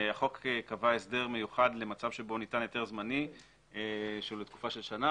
החוק קבע הסדר מיוחד למצב שבו ניתן היתר זמני שהוא לתקופה של שנה